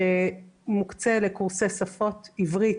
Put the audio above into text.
שמוקצה לקורסי שפות, עברית.